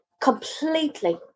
completely